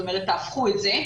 זאת אומרת, תהפכו את זה.